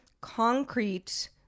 concrete